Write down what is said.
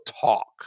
talk